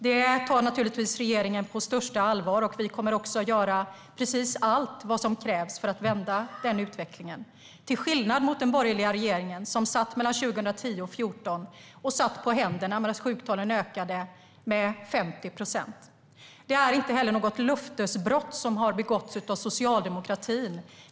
Detta tar regeringen på största allvar, och vi kommer att göra precis allt som krävs för att vända utvecklingen - till skillnad mot den borgerliga regeringen, som mellan 2010 och 2014 satt på händerna medan sjuktalen ökade med 50 procent. Det är inte något löftesbrott som har begåtts av socialdemokratin.